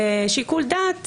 אני מבין שסיכום הדברים,